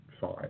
fine